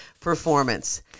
performance